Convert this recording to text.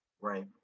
Right